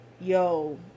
yo